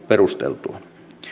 perusteltua